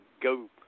go